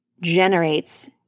generates